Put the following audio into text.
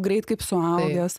greit kaip suaugęs